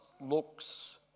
looks